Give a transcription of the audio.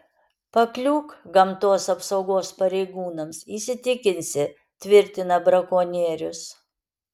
pakliūk gamtos apsaugos pareigūnams įsitikinsi tvirtina brakonierius